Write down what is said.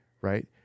right